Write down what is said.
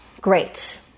great